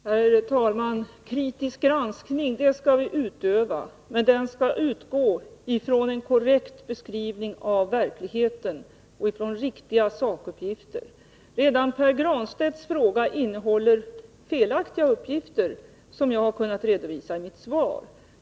Herr talman! Kritisk granskning skall vi utöva. Men den skall utgå från en korrekt beskrivning av verkligheten och från riktiga sakuppgifter. Redan Pär Granstedts fråga innehåller felaktiga uppgifter, som jag har kunnat redovisa i mitt svar.